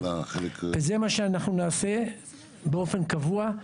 זה מה שאנחנו נעשה באופן קבוע.